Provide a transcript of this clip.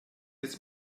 jetzt